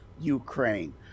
Ukraine